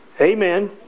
Amen